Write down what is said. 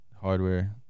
hardware